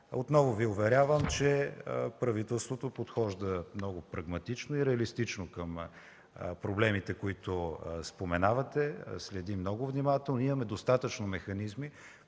Отново Ви уверявам, че правителството подхожда много прагматично и реалистично към проблемите, които споменавате, следи много внимателно. Имаме достатъчно механизми,